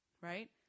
Right